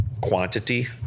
quantity